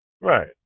Right